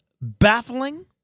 baffling